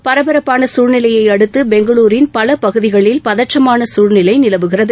பரபரப்பான சூழ்நிலையை அடுத்து பெங்களுரின் பல பகுதிகளில் பதற்றமான சூழ்நிலை நிலவுகிறது